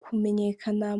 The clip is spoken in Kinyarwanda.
kumenyekana